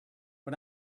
but